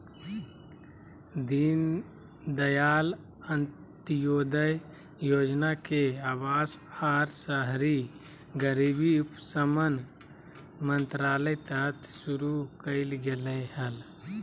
दीनदयाल अंत्योदय योजना के अवास आर शहरी गरीबी उपशमन मंत्रालय तहत शुरू कइल गेलय हल